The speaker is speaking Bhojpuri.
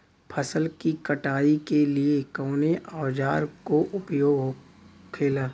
फसल की कटाई के लिए कवने औजार को उपयोग हो खेला?